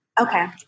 Okay